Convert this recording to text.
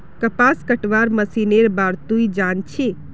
कपास कटवार मशीनेर बार तुई जान छि